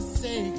say